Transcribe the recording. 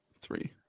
three